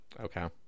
Okay